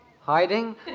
Hiding